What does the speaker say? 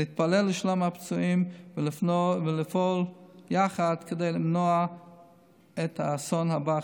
להתפלל לשלום הפצועים ולפעול יחד כדי למנוע את האסון הבא,